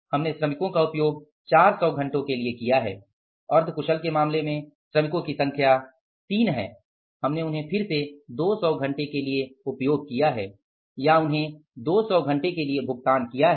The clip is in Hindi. हमने श्रमिकों का उपयोग 400 घंटे किया है अर्ध कुशल के मामले में श्रमिकों की संख्या तीन है हमने उन्हें फिर से 200 घंटे के लिए उपयोग किया है या उन्हें 200 घंटे के लिए भुगतान किया है